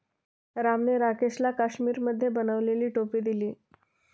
रामने राकेशला काश्मिरीमध्ये बनवलेली टोपी दिली